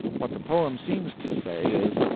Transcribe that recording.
what the poem seems to say is,